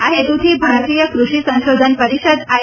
આ હેતુથી ભારતીય કૃષિ સંશોધન પરિષદ આઈ